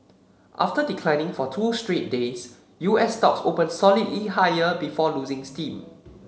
after declining for two straight days U S stocks opened solidly higher before losing steam